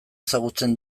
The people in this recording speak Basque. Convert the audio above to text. ezagutzen